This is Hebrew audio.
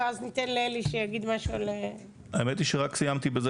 ואז ניתן לאלי שיגיד משהו --- האמת היא שרק סיימתי בזה